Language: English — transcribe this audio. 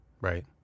Right